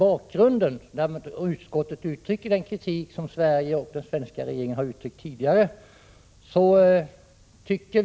Utskottet ger ju återigen uttryck åt den kritik som Sverige och den svenska regeringen tidigare har framfört när det gäller Sveriges relationer till Israel.